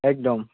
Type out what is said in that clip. একদম